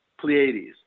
Pleiades